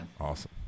Awesome